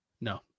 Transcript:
No